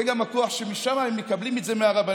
זה גם הכוח שמשם הם מקבלים את זה, מהרבנים.